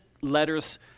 letters